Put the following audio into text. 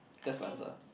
that's my answer